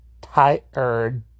tired